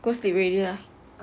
go sleep already lah